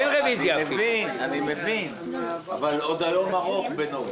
אני מבין אבל היום עוד ארוך.